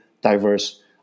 diverse